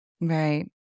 right